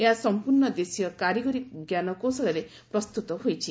ଏହା ସଂପୂର୍ଣ୍ଣ ଦେଶୀୟ କାରିଗରୀ ଜ୍ଞାନକୌଶଳରେ ପ୍ରସ୍ତୁତ ହୋଇଛି